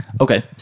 Okay